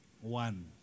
One